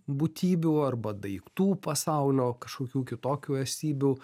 būtybių arba daiktų pasaulio kažkokių kitokių esybių